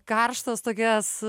karštas tokias